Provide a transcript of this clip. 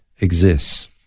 exists